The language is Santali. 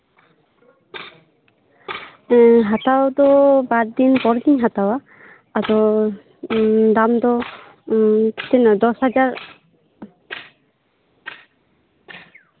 ᱦᱟᱛᱟᱣ ᱫᱚ ᱵᱟᱨ ᱫᱤᱱ ᱯᱚᱨ ᱜᱤᱧ ᱦᱟᱛᱟᱣᱟ ᱟᱫᱚ ᱩᱸᱻ ᱫᱟᱢ ᱫᱚ ᱩᱸ ᱛᱤᱱᱟᱹᱜ ᱫᱚᱥ ᱦᱟᱡᱟᱨ